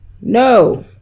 No